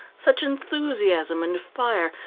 such enthusiasm and fire,